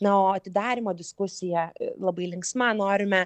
na o atidarymo diskusija labai linksma norime